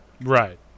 Right